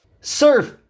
Surf